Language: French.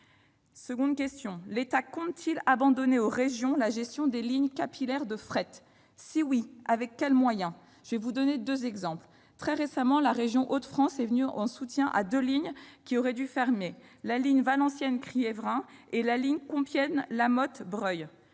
Deuxièmement, l'État compte-t-il abandonner aux régions la gestion des lignes capillaires de fret ? Si oui, avec quels moyens ? Très récemment, la région Hauts-de-France est venue en soutien à deux lignes qui auraient dû fermer : la ligne Valenciennes-Quiévrain et la ligne Compiègne-Lamotte-Breuil.